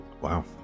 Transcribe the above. Wow